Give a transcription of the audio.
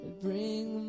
bring